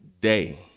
day